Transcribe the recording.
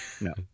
no